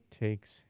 takes